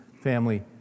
family